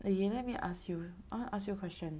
ok let me ask you I wanna ask you a question